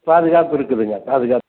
பாதுக்காப்பிருக்குதுங்க பாதுக்காப்பு